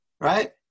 right